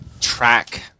track